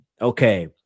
Okay